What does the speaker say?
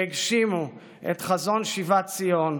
והגשימו את חזון שיבת ציון.